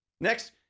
Next